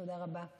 תודה רבה.